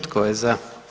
Tko je za?